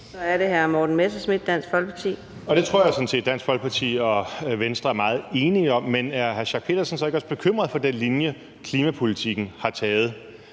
Kl. 11:10 Morten Messerschmidt (DF): Det tror jeg sådan set at Dansk Folkeparti og Venstre er meget enige om. Men er hr. Torsten Schack Pedersen så ikke også bekymret for den drejning, klimapolitikken har taget?